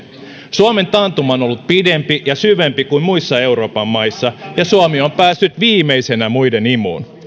suomen taantuma on ollut pidempi ja syvempi kuin muissa euroopan maissa ja suomi on päässyt viimeisenä muiden imuun